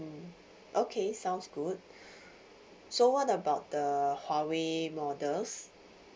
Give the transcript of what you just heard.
mm okay sounds good so what about the huawei models